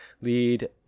lead